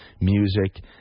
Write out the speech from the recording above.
music